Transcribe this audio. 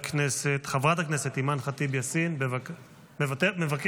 חברת הכנסת אימאן ח'טיב יאסין, מדברת.